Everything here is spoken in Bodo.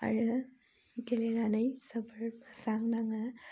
आरो गेलेनानै जोबोर मोजां नाङो